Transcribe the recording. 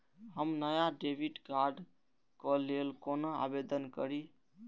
हम नया debit card के लल कौना आवेदन करि?